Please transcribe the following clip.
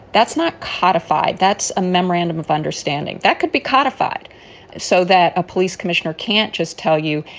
that's not codified. that's a memorandum of understanding that could be codified so that a police commissioner can't just tell you.